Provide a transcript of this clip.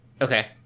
Okay